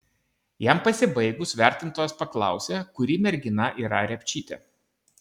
jam pasibaigus vertintojas paklausė kuri mergina yra repčytė